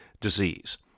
disease